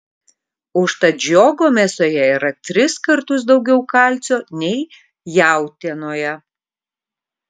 užtat žiogo mėsoje yra tris kartus daugiau kalcio nei jautienoje